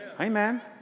Amen